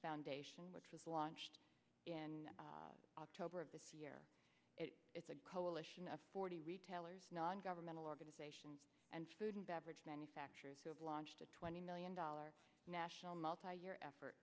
foundation which was launched in october of this year it is a coalition of forty retailers non governmental organization and food and beverage manufacturers who have launched a twenty million dollars national multi year effort